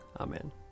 Amen